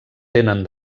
tenen